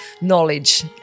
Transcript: knowledge